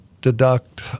deduct